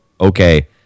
okay